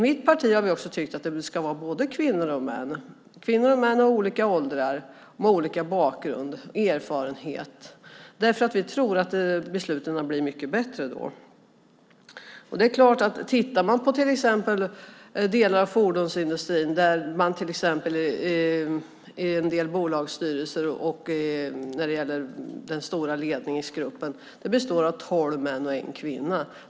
Mitt parti tycker också att de ska vara både kvinnor och män i olika åldrar och med olika bakgrund och erfarenhet eftersom besluten blir bättre. Låt oss se på delar av fordonsindustrin och deras bolagsstyrelser och ledningsgrupper. De består av tolv män och en kvinna.